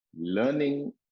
learning